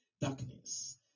darkness